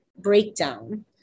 breakdown